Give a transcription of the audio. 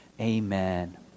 Amen